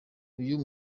uyu